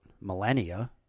millennia